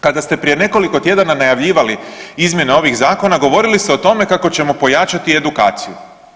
Kada ste prije nekoliko tjedana najavljivali izmjene ovih zakona govorili ste o tome kako ćemo pojačati edukaciju.